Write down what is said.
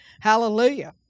Hallelujah